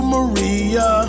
Maria